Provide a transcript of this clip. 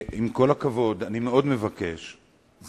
עם כל הכבוד, אני מבקש מאוד,